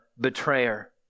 betrayer